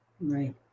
Right